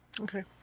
Okay